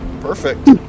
Perfect